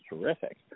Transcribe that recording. terrific